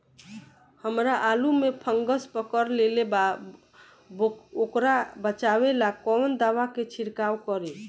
हमरा आलू में फंगस पकड़ लेले बा वोकरा बचाव ला कवन दावा के छिरकाव करी?